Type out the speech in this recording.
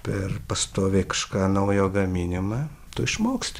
per pastoviai kažką naujo gaminimą tu išmoksti